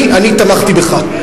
אני תמכתי בך.